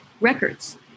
records